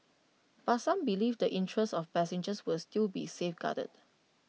but some believe the interests of passengers will still be safeguarded